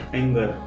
anger